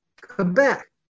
Quebec